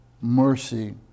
mercy